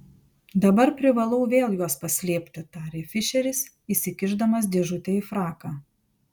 dabar privalau vėl juos paslėpti tarė fišeris įsikišdamas dėžutę į fraką